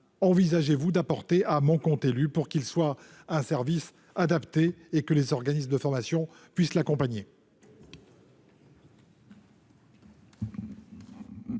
envisagez-vous d'apporter à Mon compte élu, pour que ce service soit un service adapté et que les organismes de formation puissent accompagner